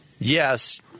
Yes